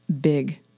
big